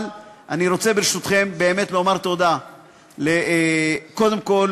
אבל אני רוצה, ברשותכם, באמת לומר תודה קודם כול